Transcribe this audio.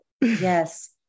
Yes